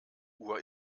uhr